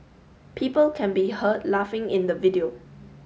people can be heard laughing in the video